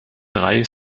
drei